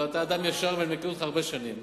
הרי אתה אדם ישר ואני מכיר אותך הרבה שנים.